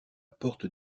porte